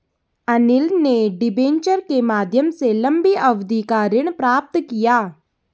अनिल ने डिबेंचर के माध्यम से लंबी अवधि का ऋण प्राप्त किया